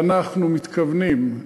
ואנחנו מתכוונים,